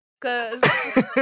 Cause